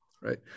right